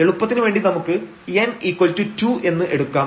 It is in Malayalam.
എളുപ്പത്തിന് വേണ്ടി നമുക്ക് n2 എന്ന് എടുക്കാം